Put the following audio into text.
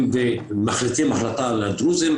יש כל מיני דו"חות סיסמולוגים,